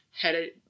headed